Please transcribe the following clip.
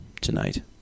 tonight